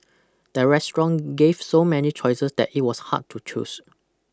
the restaurant gave so many choices that it was hard to choose